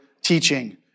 teaching